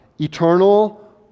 eternal